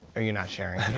ah you're not sharing